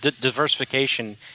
Diversification